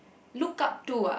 look up to ah